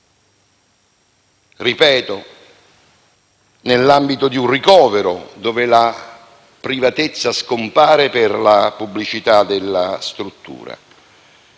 Ripeto: nell'ambito di un ricovero, dove la privatezza scompare per la pubblicità della struttura.